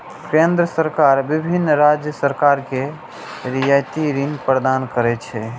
केंद्र सरकार विभिन्न राज्य सरकार कें रियायती ऋण प्रदान करै छै